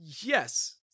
Yes